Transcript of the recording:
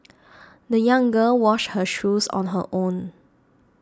the young girl washed her shoes on her own